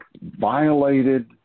violated